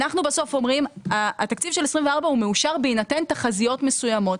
אנחנו בסוף אומרים שתקציב 2024 מאושר בהינתן תחזיות מסוימות,